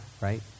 right